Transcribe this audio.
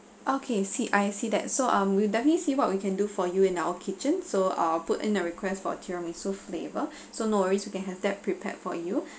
okay see I see that so um we definitely see what we can do for you in our kitchen so I'll put in a request for tiramisu flavour so no worries we can have that prepared for you